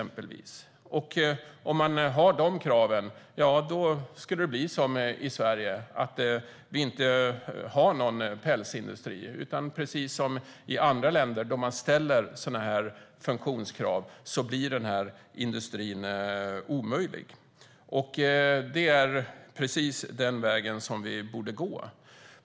Med de kraven skulle vi inte kunna ha någon pälsindustri i Sverige, för precis som i andra länder blir denna industri omöjlig när man ställer sådana funktionskrav. Och det är precis den vägen vi borde gå.